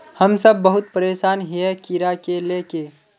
हम सब बहुत परेशान हिये कीड़ा के ले के?